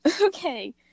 Okay